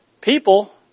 people